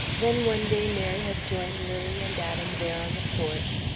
then one day mary had joined lily and adam there on the porch,